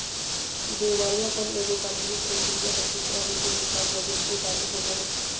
दिवालियापन एगो कानूनी प्रक्रिया हइ जेकरा में व्यवसाय या व्यक्ति शामिल होवो हइ